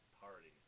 party